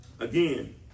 Again